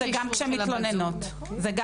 אבל זה צריך להיות תבחין.